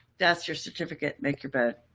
that's your certificate. make your bed.